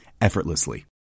effortlessly